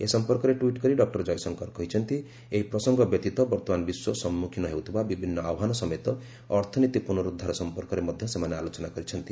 ଏ ସମ୍ପର୍କରେ ଟ୍ୱିଟ୍ କରି ଡକ୍କର ଜୟଶଙ୍କର କହିଛନ୍ତି ଯେ ଏହି ପ୍ରସଙ୍ଗ ବ୍ୟତୀତ ବର୍ତ୍ତମାନ ବିଶ୍ୱ ସମ୍ମୁଖୀନ ହେଉଥିବା ବିଭିନ୍ନ ଆହ୍ୱାନ ସମେତ ଅର୍ଥନୀତି ପୁନରୁଦ୍ଧାର ସମ୍ପର୍କରେ ମଧ୍ୟ ସେମାନେ ଆଲୋଚନା କରିଛନ୍ତି